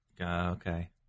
Okay